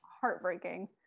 heartbreaking